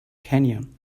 canyon